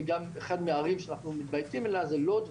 ועוד כמה מהערים שאנחנו מתבייתים עליהן הן לוד ועכו.